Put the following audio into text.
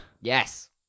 yes